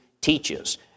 teaches